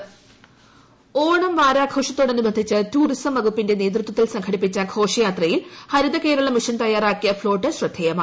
Harithakeralam mission float Onam വാരാഘോഷത്തോടനുബന്ധിച്ച് tourism വകുപ്പിന്റെ നേതൃത്വത്തിൽ സംഘടിപ്പിച്ച ഘോഷയാത്രയിൽ ഹരിതകേരളം മിഷൻ തയ്യാറാക്കിയ ഫ്ളോട്ട് ശ്രദ്ധേയമായി